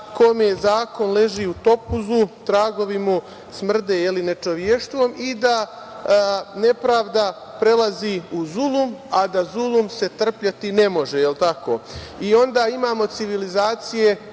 kome zakon leži u topuzu, tragovi mu smrde nečovještvom i da nepravda prelazi u zulum, a da zulum se trpeti ne može. Onda imamo civilizacije